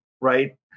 right